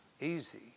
easy